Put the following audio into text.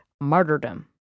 martyrdom